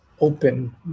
open